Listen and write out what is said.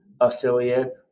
affiliate